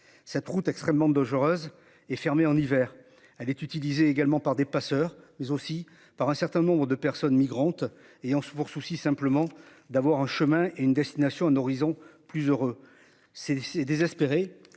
cette route extrêmement dangereuse et fermé en hiver. Elle est utilisée également par des passeurs mais aussi par un certains nombres de personnes migrantes et on se pour souci simplement d'avoir un chemin est une destination horizon plus heureux ces désespérés